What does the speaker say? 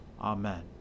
Amen